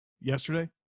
yesterday